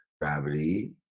gravity